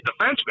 defenseman